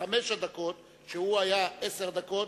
ולא מעניינת אותו התשובה,